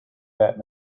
that